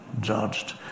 judged